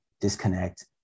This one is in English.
disconnect